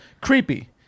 creepy